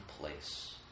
place